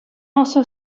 also